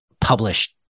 published